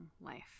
life